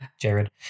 jared